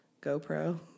GoPro